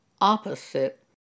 opposite